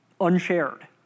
unshared